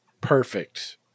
perfect